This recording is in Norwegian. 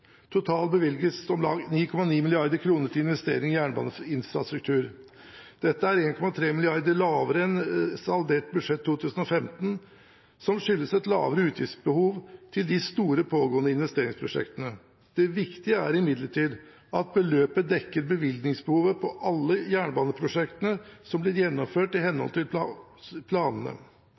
Totalt bevilges om lag 9,9 mrd. kr til investeringer i jernbaneinfrastrukturen. Dette er 1,3 mrd. kr lavere enn saldert budsjett 2015, som skyldes et lavere utgiftsbehov til de store pågående investeringsprosjektene. Det viktige er imidlertid at beløpet dekker bevilgningsbehovet på alle jernbaneprosjektene som blir gjennomført i henhold til planene.